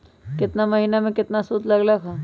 केतना महीना में कितना शुध लग लक ह?